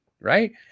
right